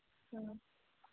ꯑ